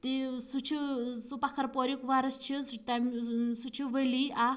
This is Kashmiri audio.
تہٕ سُہ چھُ سُہ پکھرپوریٛک وۄرُث چھُ سُہ تَمہِ سُہ چھُ ؤلی اَکھ